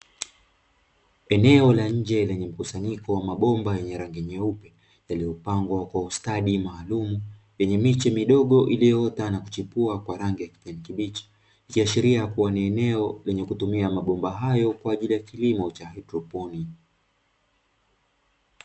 Eneo la nje lenye mkusanyiko wa mabomba yenye rangi nyeupe yaliyopangwa kwa ustadi maalumu, lenye miche midogo iliyoota na kuchipua kwa rangi ya kijani kibichi, ikiashiria ni eneo lenye kutumia mabomba hayo kwa ajili ya kilimo cha haidroponi.